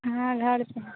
हाँ घर पर हैं